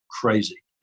crazy